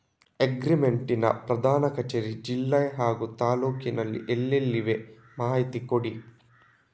Agri Mart ನ ಪ್ರಧಾನ ಕಚೇರಿ ಜಿಲ್ಲೆ ಹಾಗೂ ತಾಲೂಕಿನಲ್ಲಿ ಎಲ್ಲೆಲ್ಲಿ ಇವೆ ಮಾಹಿತಿ ಕೊಡಿ?